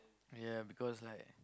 yeah because like